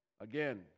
again